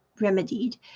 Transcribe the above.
remedied